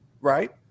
right